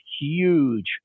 huge